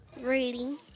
Reading